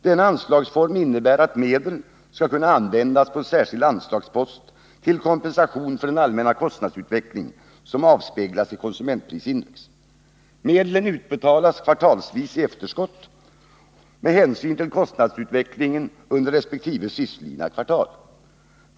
Denna anslagsform innebär att medel skall kunna anvisas på en särskild anslagspost till kompensation för den allmänna kostnadsutvecklingen, som den avspeglas i konsumentprisindex. Medlen utbetalas kvartalsvis i efterskott med hänsyn till kostnadsutvecklingen under resp. sistlidna kvartal.